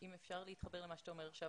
אם אפשר להתחבר למה שאתה אומר עכשיו,